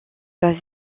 basé